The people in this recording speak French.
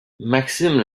maxime